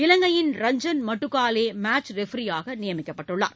இவங்கையின் Ranjan Madugalle match ரெப்ரியாக நியமிக்கப்பட்டுள்ளார்